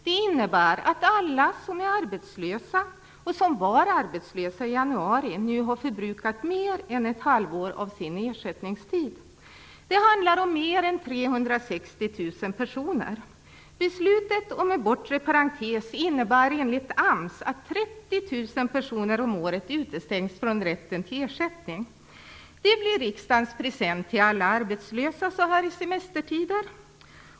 Det innebär att alla som är arbetslösa och var det i januari nu har förbrukat mer än ett halvår av sin ersättningstid. Det handlar om mer än 360 000 personer. AMS att 30 000 personer om året utestängs från rätten till ersättning. Det blir riksdagens present till alla arbetslösa så här i semestertider!